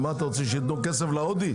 אתה רוצה שייתנו כסף להודי?